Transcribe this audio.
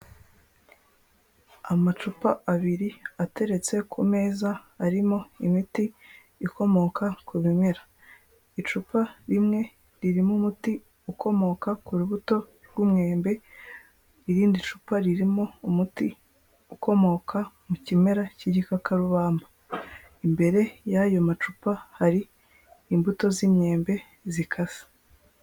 Amacupa abiri ateretse ku meza, arimo imiti ikomoka ku bimera. Icupa rimwe ririmo umuti ukomoka ku rubuto rw'umwembe, irindi cupa ririmo umuti ukomoka mu kimera cy'igikakarubamba. Imbere y'ayo macupa hari imbuto z'imyembe zikase.